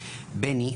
בני,